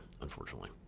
unfortunately